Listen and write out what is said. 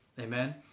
Amen